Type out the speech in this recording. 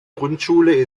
grundschule